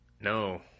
No